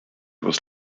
was